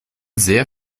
sehr